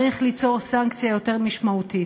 צריך ליצור סנקציה יותר משמעותית.